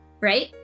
Right